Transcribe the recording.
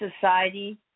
society